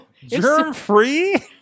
Germ-free